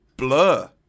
Blur